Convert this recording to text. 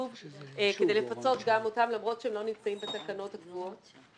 כדי לפצות גם אותם למרות שהם לא נמצאים בתקנות הקבועות.